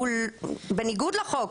בניגוד לחוק,